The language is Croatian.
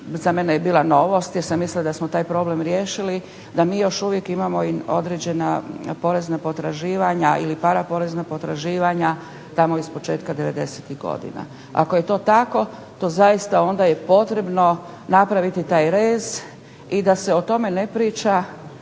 za mene je bila novost jer sam mislila da smo taj problem riješili da mi još uvijek imamo i određena porezna potraživanja ili paraporezna potraživanja tamo iz početka '90-ih godina. Ako je to tako to zaista onda je potrebno napraviti taj rez i da se o tome ne priča